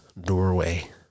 Doorway